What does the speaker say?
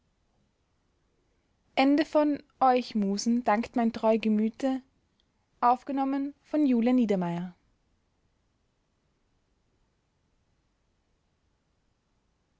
euch musen dankt mein treu gemüte